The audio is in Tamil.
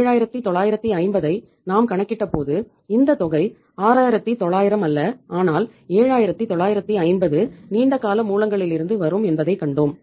7950 ஐ நாம் கணக்கிட்ட போது இந்த தொகை 6900 அல்ல ஆனால் 7950 நீண்ட கால மூலங்களிலிருந்து வரும் என்பதைக் கண்டோம்